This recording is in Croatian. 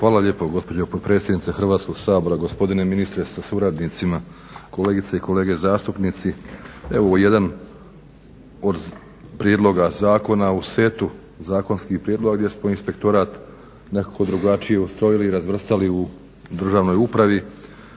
Hvala lijepo gospođo potpredsjednice Hrvatskog sabora, gospodine ministre sa suradnicima, kolegice i kolege zastupnici. Evo jedan od prijedloga zakona u setu zakonskih prijedloga gdje smo inspektorat nekako drugačije ustrojili i razvrstali u državnoj upravi.